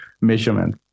measurement